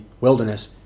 wilderness